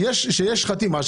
שיש חתימה,